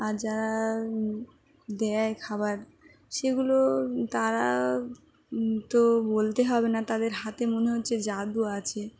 আর যারা দেয় খাবার সেগুলো তারা তো বলতে হবে না তাদের হাতে মনে হচ্ছে জাদু আছে